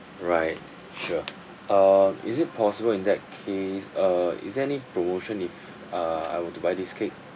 right sure uh is it possible in that case uh is there any promotion if uh I were to buy this cake